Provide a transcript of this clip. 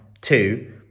Two